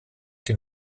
den